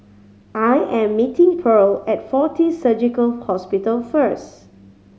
I am meeting Pearle at Fortis Surgical Hospital first